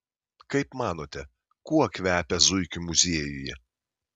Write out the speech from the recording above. kaip manote kuo kvepia zuikių muziejuje